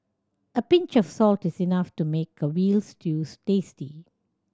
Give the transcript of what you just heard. a pinch of salt is enough to make a veal stews tasty